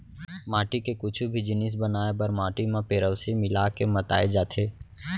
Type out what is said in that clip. माटी के कुछु भी जिनिस बनाए बर माटी म पेरौंसी मिला के मताए जाथे